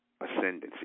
ascendancy